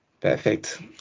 Perfect